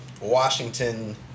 washington